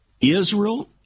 Israel